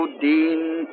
Dean